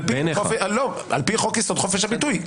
על פי חוק-יסוד: חופש הביטוי.